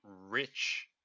rich